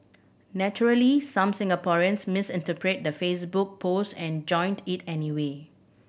naturally some Singaporeans misinterpreted the Facebook post and joined it anyway